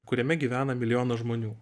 kuriame gyvena milijonas žmonių